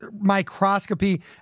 microscopy